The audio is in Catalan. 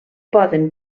poden